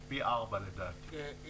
הוא פי ארבע, לדעתי.